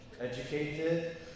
educated